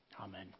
Amen